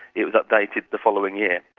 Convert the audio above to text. it was updated the following year,